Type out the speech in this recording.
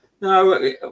No